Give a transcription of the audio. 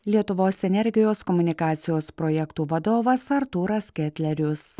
lietuvos energijos komunikacijos projektų vadovas artūras ketlerius